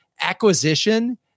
acquisition